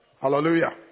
hallelujah